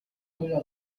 туяа